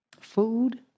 food